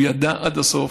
הוא ידע עד הסוף,